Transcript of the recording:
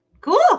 Cool